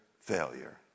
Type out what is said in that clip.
failure